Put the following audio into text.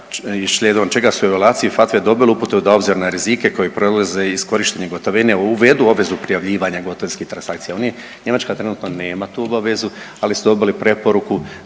čega su … FATV-e dobile upute da obzirom na rizike koji prelaze iz korištenja gotovine uvedu obvezu prijavljivanja gotovinskih transakcija. Oni, Njemačka trenutno nema tu obavezu, ali su dobili preporuku